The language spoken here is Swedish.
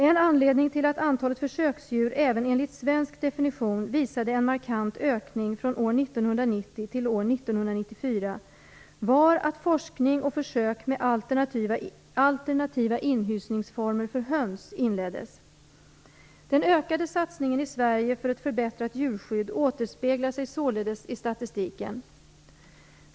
En anledning till att antalet försöksdjur även enligt svensk definition visade en markant ökning från år 1990 till år 1994 var att forskning och försök med alternativa inhysningsformer för höns inleddes. Den ökade satsningen i Sverige för ett förbättrat djurskydd återspeglar sig således i statistiken.